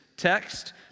Text